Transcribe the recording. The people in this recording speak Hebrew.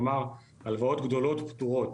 כלומר, הלוואות גדולות פטורות.